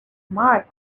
marked